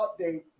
update